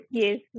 yes